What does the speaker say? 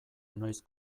noiz